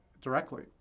directly